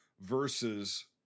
versus